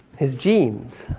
his genes.